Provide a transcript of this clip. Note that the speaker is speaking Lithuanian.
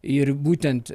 ir būtent